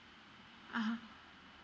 a'ah